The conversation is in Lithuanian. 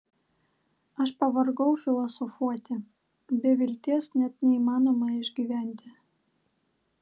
aš pavargau filosofuoti be vilties net neįmanoma išgyventi